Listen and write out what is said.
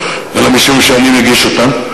אלא משום שאני מגיש אותן.